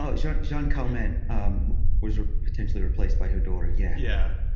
ah yeah jeanne calment was potentially replaced by her daughter, yeah yeah.